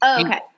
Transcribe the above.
Okay